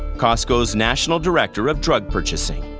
costco's national director of drug purchasing.